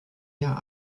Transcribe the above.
jahr